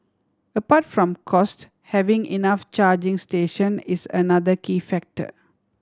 apart from cost having enough charging station is another key factor